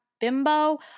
bimbo